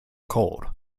cold